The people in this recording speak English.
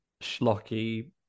schlocky